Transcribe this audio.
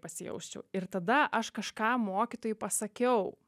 pasijausčiau ir tada aš kažką mokytojai pasakiau